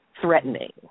threatening